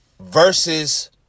versus